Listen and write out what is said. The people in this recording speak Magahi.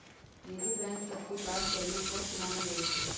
निजी बैंक सभ के काजशैली स्वस्थ मानल जाइ छइ